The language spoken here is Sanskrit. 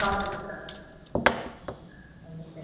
कम्प्लेन्कर् ह नमस्ते